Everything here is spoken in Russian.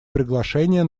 приглашение